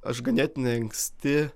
aš ganėtinai anksti